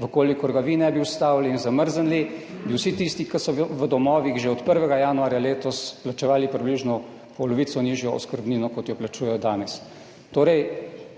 v kolikor ga vi ne bi ustavili in zamrznili, bi vsi tisti, ki so v domovih, že od 1. januarja letos, plačevali približno polovico nižjo oskrbnino kot jo plačujejo danes. Torej,